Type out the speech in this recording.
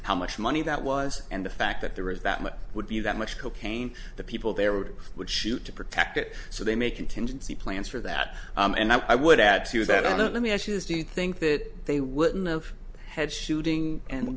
how much money that was and the fact that there was that much would be that much cocaine the people there would would shoot to protect it so they make contingency plans for that and i would add to that i don't let me ask you this do you think that they wouldn't of had shooting and